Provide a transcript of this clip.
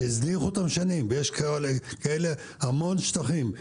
שהזניחו אותם שנים ויש כאלה המון שטחים,